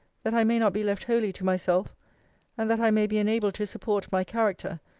that i may not be left wholly to myself and that i may be enabled to support my character,